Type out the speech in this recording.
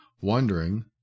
wondering